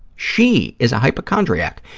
she is a hypochondriac.